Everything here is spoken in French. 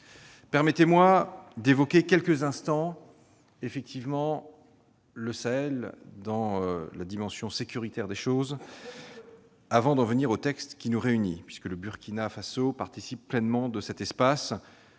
Permettez-moi d'évoquer quelques instants le Sahel dans sa dimension sécuritaire avant d'en venir au texte qui nous réunit, puisque le Burkina Faso participe pleinement de cet espace